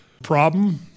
problem